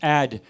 add